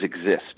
exist